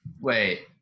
Wait